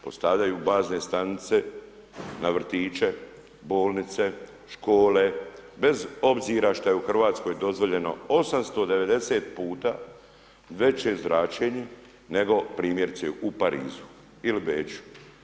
Postavljaju bazne stanice na vrtiće, bolnice, škole, bez obzira šta je u Hrvatskoj, dozvoljeno 890 puta veće zračenje nego primjerice u Parizu ili Beču.